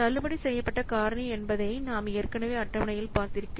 தள்ளுபடி செய்யப்பட்ட காரணி என்பதை நாம் ஏற்கனவே அட்டவணையில் பார்த்திருக்கிறோம்